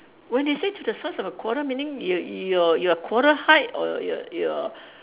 when they say to the size of a quarter meaning you're you're you're quarter height or your your